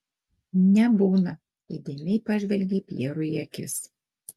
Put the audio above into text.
nebūna įdėmiai pažvelgei pjerui į akis